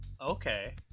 okay